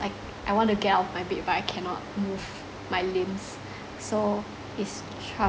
like I want to get out of my bed but I cannot my limbs so it's